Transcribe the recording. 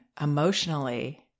emotionally